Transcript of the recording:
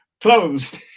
Closed